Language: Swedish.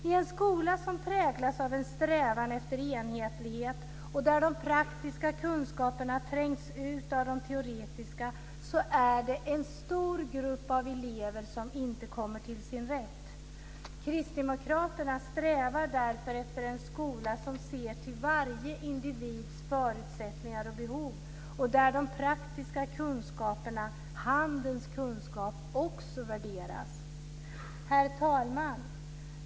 I en skola som präglas av en strävan efter enhetlighet och där de praktiska kunskaperna trängs ut av de teoretiska är det en stor grupp av elever som inte kommer till sin rätt. Kristdemokraterna strävar därför efter en skola som ser till varje individs förutsättningar och behov och där de praktiska kunskaperna, handens kunskap, också värderas. Herr talman!